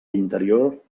interior